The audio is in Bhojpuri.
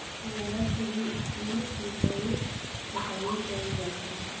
फुहारा से भी ई घरी पटौनी कईल जाता